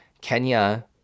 Kenya